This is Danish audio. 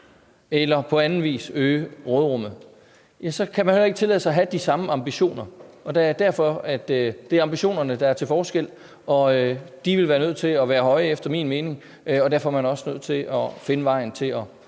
eller på anden vis øge råderummet, kan man jo heller ikke tillade sig at have de samme ambitioner. Det er ambitionerne, der er til forskel, og de vil være nødt til at være høje efter min mening, og derfor er man også nødt til at finde vejen til at